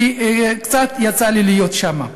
כי קצת יצא לי להיות שם.